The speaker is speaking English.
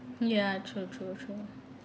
ya true true true